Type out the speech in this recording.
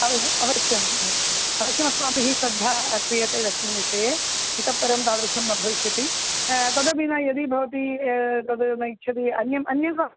अवश्यम् अवश्यम् अवश्यम् अवश्यम् अस्माभिः श्रद्धा क्रियते तस्मिन् विषये इतःपरं तादृशं न भविष्यति तद् विना यदि भवती तद् न इच्छति अन्यः अन्यः